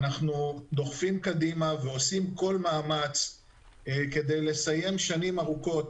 אנחנו דוחפים קדימה ועושים כל מאמץ כדי לסיים שנים ארוכות